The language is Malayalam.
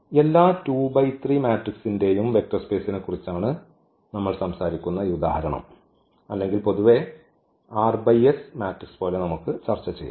എല്ലാ മാട്രിക്സ്ന്റെയും വെക്റ്റർ സ്പേസിനെക്കുറിച്ചാണ് നമ്മൾ സംസാരിക്കുന്ന ഈ ഉദാഹരണം അല്ലെങ്കിൽ പൊതുവെ മാട്രിക്സ് പോലെ നമുക്ക് ചർച്ച ചെയ്യാം